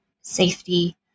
safety